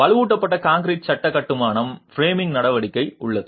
வலுவூட்டப்பட்ட கான்கிரீட் சட்ட கட்டுமானம் ஃப்ரேமிங் நடவடிக்கை உள்ளது